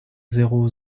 zéro